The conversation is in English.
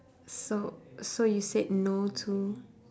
so so you said no to